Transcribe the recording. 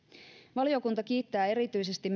valiokunta kiittää erityisesti